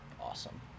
Awesome